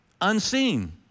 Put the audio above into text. Unseen